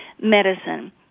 medicine